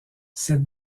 cette